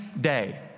day